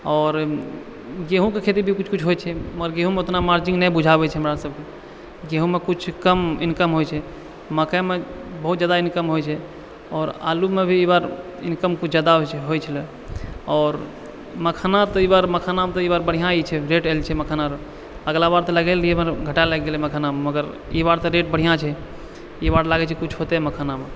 आओर गेहूँके खेती भी किछु किछु होइ छै मगर गेहूँमे ओतना मार्जिंग नहि बुझाबै छै हमरा सबके गेहूँमे कुछ कम इनकम होइ छै मकइमे बहुत ज्यादा इनकम होइ छै आओर आलूमे भी ई बार इनकम किछु ज्यादा होइ छलै आओर मखाना तऽ ई बार मखानामे तऽ ई बार बढ़िआँ ई छै रेट आएल छै मखानामे अगिला बार तऽ लगेले रहिए मगर घाटा लागि गेलै मखानामे मगर ई बार तऽ रेट बढ़िआँ छै ई बार लागै छै कुछ होतै मखानामे